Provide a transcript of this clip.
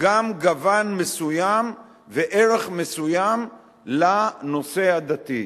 גם גוון מסוים וערך מסוים לנושא הדתי.